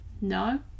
No